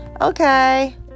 Okay